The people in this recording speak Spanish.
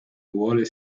wall